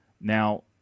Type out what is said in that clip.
Now